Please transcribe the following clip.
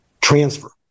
transfer